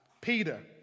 Peter